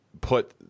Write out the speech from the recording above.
put